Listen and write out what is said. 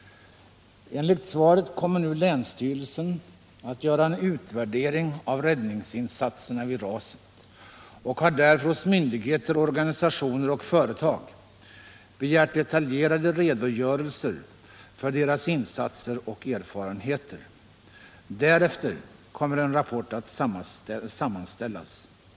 Enligt svaret kommer nu länsstyrelsen att göra en utvärdering av räddningsinsatserna efter raset, och har därför hos myndigheter, organisationer och företag begärt detaljerade redogörelser för deras insatser och erfarenheter. Därefter kommer en rapport att sammanställas.